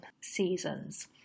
seasons